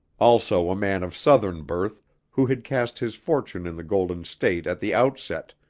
also a man of southern birth who had cast his fortunes in the golden state at the outset,